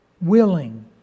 willing